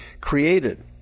created